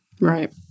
Right